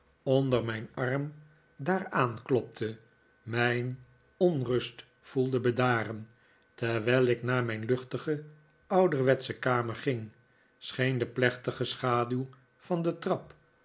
onder mijn arm daar aanklopte mijn onrust voelde bedaren terwijl ik naar mijn luchtige ouderwetsche kamer ging scheen de plechtige schaduw van de trap